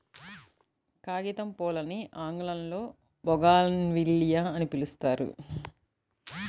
కాగితంపూలని ఆంగ్లంలో బోగాన్విల్లియ అని పిలుస్తారు